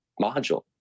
module